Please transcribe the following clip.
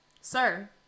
sir